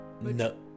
no